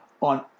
on